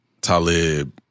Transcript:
Talib